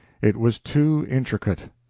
it was too intricate,